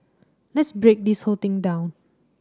let's break this whole thing down